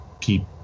keep –